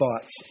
thoughts